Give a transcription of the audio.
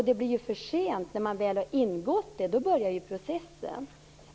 Det blir för sent när man väl har ingått affären. Då börjar processen.